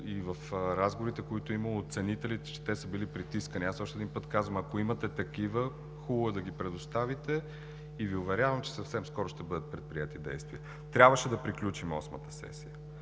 и в разговорите, които е имало с оценителите, към момента няма сигнали, че са били притискани. Аз още един път казвам: ако имате такива, хубаво е да ги предоставите. Уверявам Ви, че съвсем скоро ще бъдат предприети действия. Трябваше да приключим Осмата сесия.